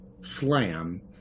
slam